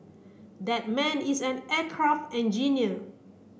that man is an aircraft engineer